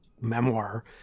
memoir